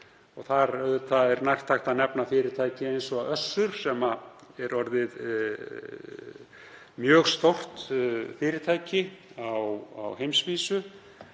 Þar er nærtækt að nefna fyrirtæki eins og Össur sem er orðið mjög stórt fyrirtæki á heimsvísu